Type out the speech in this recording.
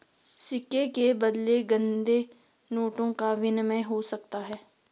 सिक्के के बदले गंदे नोटों का विनिमय हो सकता है